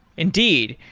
indeed.